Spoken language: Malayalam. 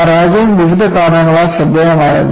പരാജയം വിവിധ കാരണങ്ങളാൽ ശ്രദ്ധേയമായിരുന്നു